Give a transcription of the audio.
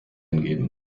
eingeben